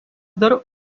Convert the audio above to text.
dar